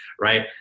right